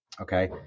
Okay